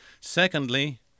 Secondly